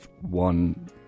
one